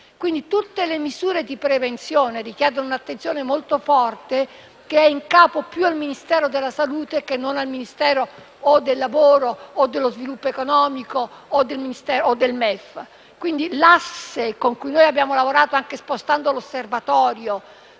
Tutte le misure di prevenzione richiedono un'attenzione molto forte, che è in capo più al Ministero della salute che non al Ministero del lavoro, a quello dello sviluppo economico o al MEF. Quindi, l'asse con cui noi abbiamo lavorato, anche spostando l'osservatorio